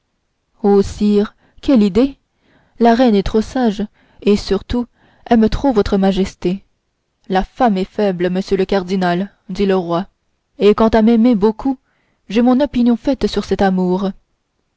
quelle idée la reine est trop sage et surtout aime trop votre majesté la femme est faible monsieur le cardinal dit le roi et quant à m'aimer beaucoup j'ai mon opinion faite sur cet amour